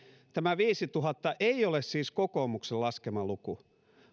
tämä viisituhatta ei ole siis kokoomuksen laskema luku